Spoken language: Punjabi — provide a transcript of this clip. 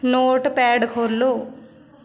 ਨੋਟਪੈਡ ਖੋਲ੍ਹੋ